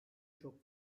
çok